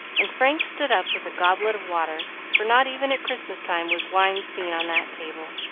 and frank stood up with a goblet of water, for not even at christmas time was wine seen on that table.